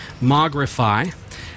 Mogrify